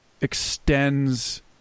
extends